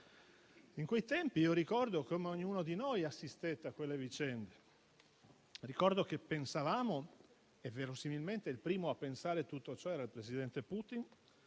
In quei tempi, io ricordo come ognuno di noi assistette a quelle vicende. Ricordo che pensavamo - e verosimilmente il primo a pensarlo era il presidente Putin